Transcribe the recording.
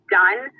done